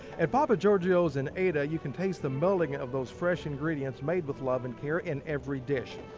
at papa gjordio's in ada, you can taste the melding of those fresh ingredients made with love and care in every dish.